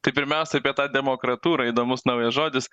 tai pirmiausia apie tą demokratūrą įdomus naujas žodis